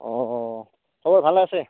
অঁ খবৰ ভালে আছে